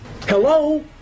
Hello